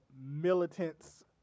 militants